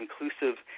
inclusive